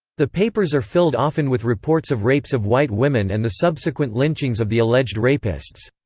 the papers are filled often with reports of rapes of white women and the subsequent lynchings of the alleged rapists.